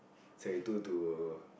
seventy two to